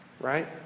right